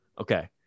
okay